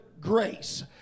grace